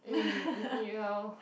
uh ya